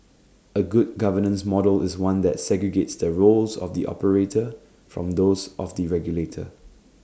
A good governance model is one that segregates the roles of the operator from those of the regulator